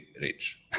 rich